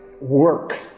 Work